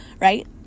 right